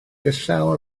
gerllaw